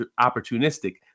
opportunistic